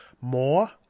more